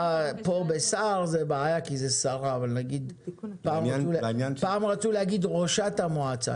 פה בשר זה בעיה כי זו שרה אבל פעם רצו להגיד "ראשת המועצה"